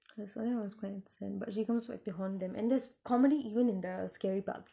her story was quite sad but she comes back to haunt them and there's comedy even in the scary parts